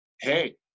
hey